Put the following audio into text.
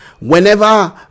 Whenever